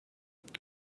what